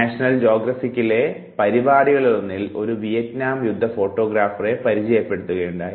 national ജ്യോഗ്രഫികിലെ പരിപാടികളിൽ ഒന്നിൽ ഒരു വിയറ്റ്നാം യുദ്ധ ഫോട്ടോഗ്രാഫറെ പരിചയപ്പെടുത്തുകയുണ്ടായി